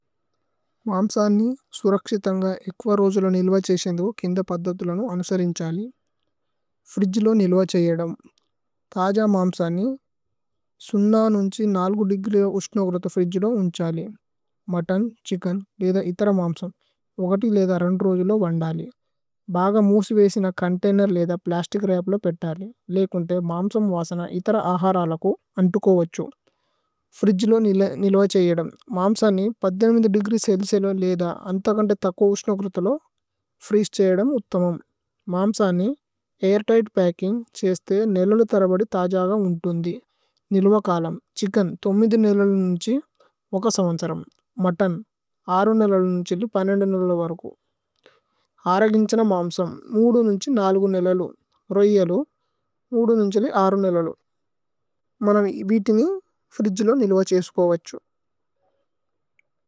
മാമ്സ നി സുരക്ശിതന്ഗ ഏക്വ രോജുല നില്വ। ഛേസയേന്ദഗു കേന്ദ പദ്ധവ്ഥുലനു അനുസരിന്ഛലി। ഫ്രിജ്ലോ നില്വ ഛയേദമ് ഥജ മാമ്സ നി സുന്ന। നുന്ഛി ദേഗ്രീ ഉശ്നുഗ്രുഥു ഫ്രിജ്ലോ ഉന്ഛലി മുത്തോന്। ഛിച്കേന് യേദ ഇഥര മാമ്സമ് ഉഗതി യേദ രോജുല। വന്ദലി ബഗ മൂസി വേസിന ചോന്തൈനേര് യേദ പ്ലസ്തിച്। രപലോ പേത്തലി ലേകുന്തേ മാമ്സമ് വസന ഇഥര। അഹരലകു അന്തുകോവഛു ഫ്രിജ്ലോ നില്വ। ഛയേദമ് മാമ്സ നി ദേഗ്രീ ചേല്ചിയ്ലമു നിലേദ। അന്തകന്തേ തക്കു ഉശ്നുഗ്രുഥു ലോ ഫ്രിജ്ലോ ഛയേദമ്। ഉത്തമമ് മാമ്സ നി ഐര് തിഘ്ത് പച്കിന്ഗ് ഛേസേതേ। നില്ലലു ഥരവദി ഥജഗ ഉന്തുന്ദി നില്വ കലമ്। ഛിച്കേന് നില്ലലു നുന്ഛി സമമ്സരമ് മുത്തോന് നില്ലലു। നുന്ഛിലി നില്ലലു വരകു ഹരഗിന്ഛന മാമ്സമ്। നുന്ഛി നില്ലലു രോയലു നുന്ഛിലി നില്ലലു മനമ്। ഇ ഭീതി നി ഫ്രിജ്ലോ നില്വ ഛയേസുകോവഛു।